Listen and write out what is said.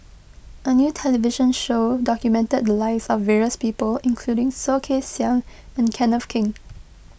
a new television show documented the lives of various people including Soh Kay Siang and Kenneth Keng